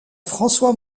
françois